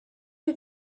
you